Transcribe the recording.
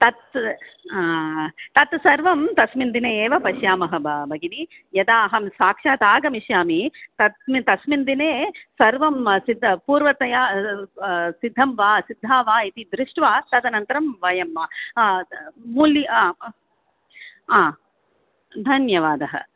तत् तत् सर्वं तस्मिन् दिने एव पश्यामः बा भगिनि यदा अहं साक्षात् आगमिष्यामि तस्मि तस्मिन् दिने सर्वं सिद्धं पूर्वतया सिद्धं वा सिद्धा वा इति दृष्ट्वा तदनन्तरं वयं मूल्यं ह धन्यवादः